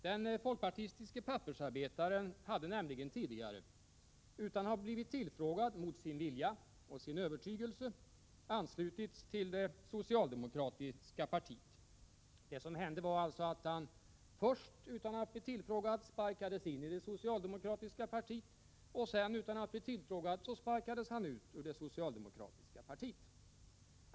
Den folkpartistiske pappersarbetaren hade nämligen tidigare, utan att ha blivit tillfrågad, mot sin vilja och mot sin övertygelse anslutits till det socialdemokratiska partiet. Det som hände var alltså att han först, utan att bli tillfrågad, sparkades ini det socialdemokratiska partiet och sedan, utan att bli tillfrågad, sparkades ut ur det socialdemokratiska partiet.